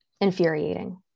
Infuriating